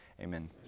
Amen